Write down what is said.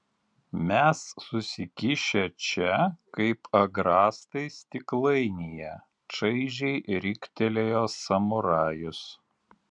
mes susikišę čia kaip agrastai stiklainyje čaižiai riktelėjo samurajus